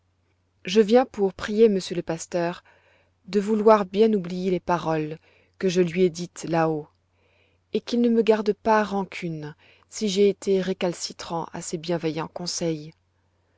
je viens pour prier monsieur le pasteur de vouloir bien oublier les paroles que je lui ai dites là-haut et qu'il ne me garde pas rancune si j'ai été récalcitrant à ses bienveillants conseils